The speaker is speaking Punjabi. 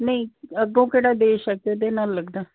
ਨਹੀਂ ਅੱਗੋਂ ਕਿਹੜਾ ਬੇਸ਼ਕ ਦੇ ਨਾਲ ਲੱਗਦਾ